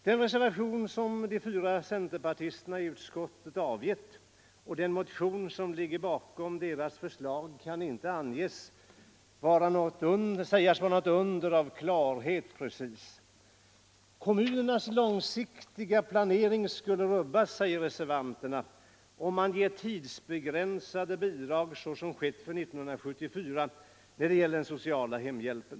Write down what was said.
Den reservation som de fyra centerrepresentanterna i utskottet avgivit och den motion som ligger bakom deras förslag kan inte precis sägas vara några under av klarhet. Kommunernas långsiktiga planering skulle rubbas, säger reservanterna, om man ger tidsbegränsade bidrag såsom skett för 1974 när det gäller den sociala hemhjälpen.